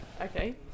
Okay